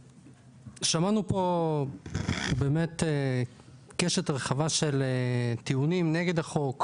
שמענו פה באמת קשת רחבה של טיעונים נגד החוק,